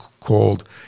called